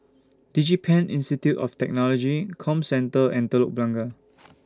Digipen Institute of Technology Comcentre and Telok Blangah